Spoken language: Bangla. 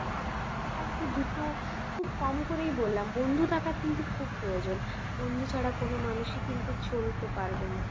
একটা কি দুটো খুব কম করেই বললাম বন্ধু থাকা কিন্তু খুব প্রয়োজন বন্ধু ছাড়া কোনো মানুষই কিন্তু চলতে পারবে না